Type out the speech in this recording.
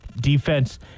defense